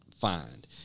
find